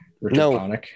no